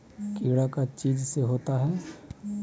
कीड़ा का चीज से होता है?